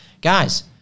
Guys